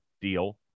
deal